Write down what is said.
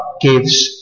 gives